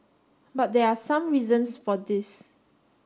but there are some reasons for this